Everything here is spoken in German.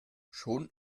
schon